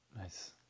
Nice